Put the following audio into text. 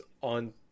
on